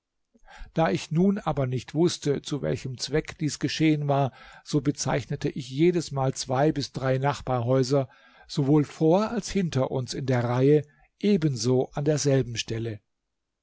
da ich nun aber nicht wußte zu welchem zweck dies geschehen war so bezeichnete ich jedesmal zwei bis drei nachbarhäuser sowohl vor als hinter uns in der reihe ebenso an derselben stelle